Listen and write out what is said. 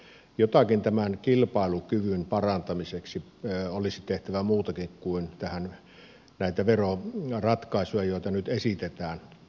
eli jotakin tämän kilpailukyvyn parantamiseksi olisi tehtävä muutakin kuin näitä veroratkaisuja joita nyt esitetään